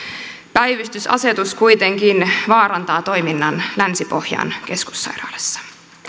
päivystysasetus kuitenkin vaarantaa toiminnan länsipohjan keskussairaalassa